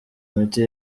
imiti